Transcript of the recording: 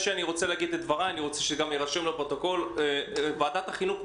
לפני שאגיד את דבריי אני רוצה שגם יירשם בפרוטוקול: ועדת החינוך,